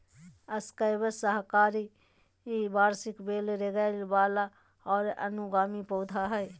squash साकाहारी वार्षिक बेल रेंगय वला और अनुगामी पौधा हइ